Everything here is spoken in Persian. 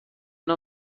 نوع